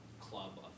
club